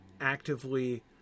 actively